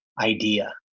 idea